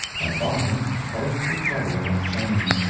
at bottom both were troubled and ashamed,